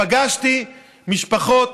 פגשתי משפחות